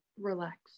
relax